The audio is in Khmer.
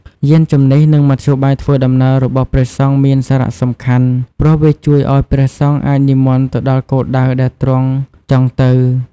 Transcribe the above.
យានជំំនិះ និងមធ្យោបាយធ្វើដំណើររបស់ព្រះសង្ឃមានសារៈសំខាន់ព្រោះវាជួយឱ្យព្រះសង្ឃអាចនិមន្តទៅដល់គោលដៅដែលទ្រង់ចង់ទៅ។